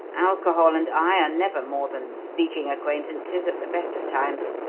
alcohol and i are never more than speaking acquaintances at the best of times.